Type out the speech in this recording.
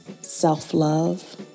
self-love